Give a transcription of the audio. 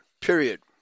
period